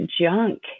junk